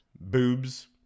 Boobs